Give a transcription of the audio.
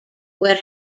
where